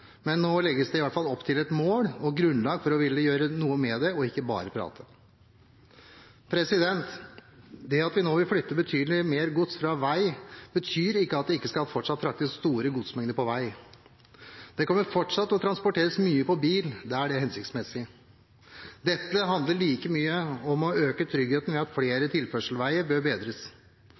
men nå legges det i hvert fall opp til et mål og et grunnlag for å ville gjøre noe med det og ikke bare prate. Det at vi nå vil flytte betydelig mer gods fra vei, betyr ikke at det ikke fortsatt skal fraktes store godsmengder på vei. Det kommer fortsatt til å transporteres mye på bil der det er hensiktsmessig. Dette handler like mye om å øke tryggheten ved at flere tilførselsveier bør bedres.